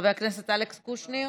חבר הכנסת אלכס קושניר,